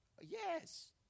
Yes